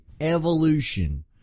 evolution